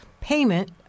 payment